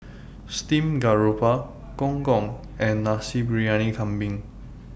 Steamed Garoupa Gong Gong and Nasi Briyani Kambing